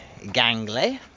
gangly